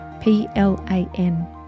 P-L-A-N